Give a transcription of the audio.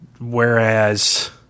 whereas